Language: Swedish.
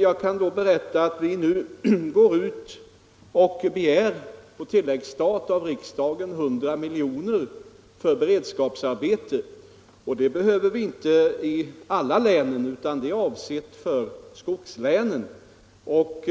Jag kan berätta att vi nu av riksdagen begär 100 miljoner på tilläggsstat för beredskapsarbeten. Sådana beredskapsarbeten behövs inte i alla län, utan de är avsedda för skogslänen och